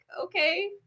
okay